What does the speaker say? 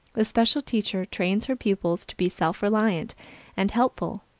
the special teacher trains her pupils to be self-reliant and helpful,